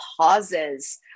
pauses